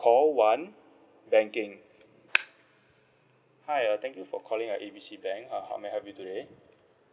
call one banking hi uh thank you for calling uh A B C bank uh how may I help you today